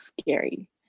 scary